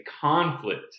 conflict